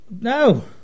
No